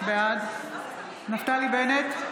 בעד נפתלי בנט,